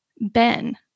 Ben